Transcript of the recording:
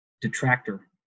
detractor